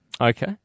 Okay